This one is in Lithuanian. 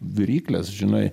viryklės žinai